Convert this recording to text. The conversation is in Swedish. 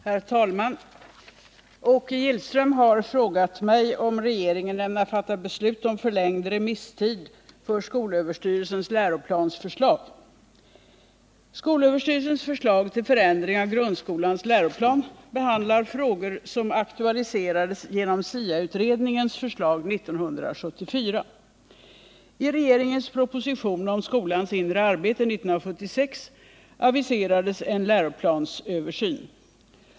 Herr talman! Åke Gillström har frågat mig om regeringen ämnar fatta beslut om förlängd remisstid för skolöverstyrelsens läroplansförslag. Skolöverstyrelsens förslag till förändring av grundskolans läroplan behandlar frågor som aktualiseras genom SIA-utredningens förslag 1974. I regeringens proposition om skolans inre arbete 1976 aviserades en läroplansöversyn.